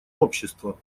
общества